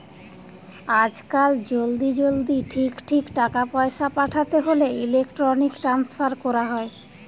আজকাল জলদি জলদি ঠিক ঠিক টাকা পয়সা পাঠাতে হোলে ইলেক্ট্রনিক ট্রান্সফার কোরা হয়